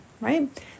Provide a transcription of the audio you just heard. right